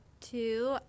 two